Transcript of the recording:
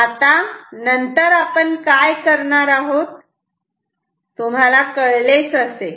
आता नंतर आपण काय करणार आहोत तुम्हाला कळलेच असेल